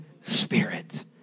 Spirit